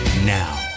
Now